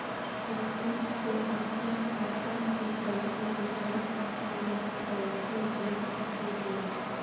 हम खुद से अपना खाता से पइसा दूसरा खाता में कइसे भेज सकी ले?